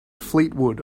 fleetwood